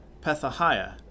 Pethahiah